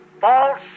false